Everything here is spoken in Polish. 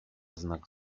znak